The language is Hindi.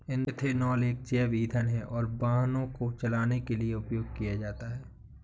इथेनॉल एक जैव ईंधन है और वाहनों को चलाने के लिए उपयोग किया जाता है